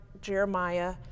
Jeremiah